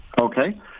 Okay